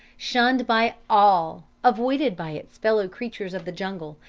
shunned by all, avoided by its fellow-creatures of the jungle,